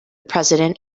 president